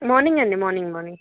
morning అండి morning morning